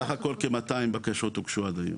סה"כ כ-200 בקשות הוגשו עד היום.